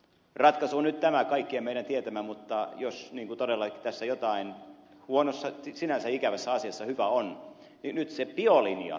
ratkaisu on nyt tämä kaikkien meidän tietämä mutta jos todellakin tässä sinänsä ikävässä asiassa jotain hyvää on niin nyt se biolinja siellä jatkaa